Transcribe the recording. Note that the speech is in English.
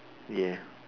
ya